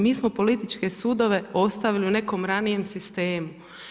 Mi smo političke sudove ostavili u nekom ranijem sistemu.